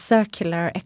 Circular